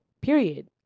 period